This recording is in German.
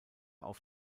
auf